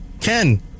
Ken